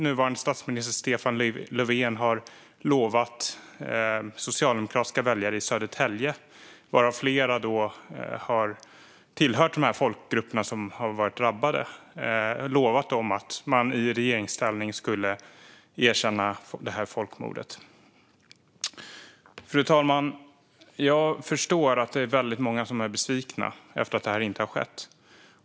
Nuvarande statsminister Stefan Löfven lovade också socialdemokratiska väljare i Södertälje, varav flera tillhör de folkgrupper som drabbades, att man i regeringsställning skulle erkänna folkmordet. Fru talman! Jag förstår att många är besvikna över att det inte har skett.